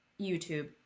YouTube